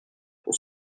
pour